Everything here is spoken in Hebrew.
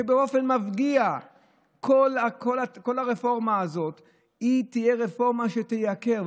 ובאופן מפגיע כל הרפורמה הזאת תהיה רפורמה שתייקר.